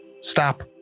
stop